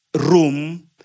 room